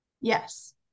Yes